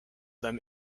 them